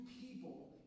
people